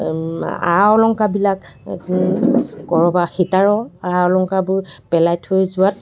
আ অলংকাৰবিলাক ক'ৰবাত সীতাৰ আ অলংকাৰবোৰ পেলাই থৈ যোৱাত